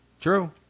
True